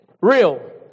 Real